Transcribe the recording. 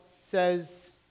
says